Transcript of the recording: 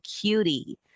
cutie